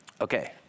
Okay